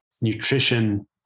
nutrition